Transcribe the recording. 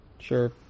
Sure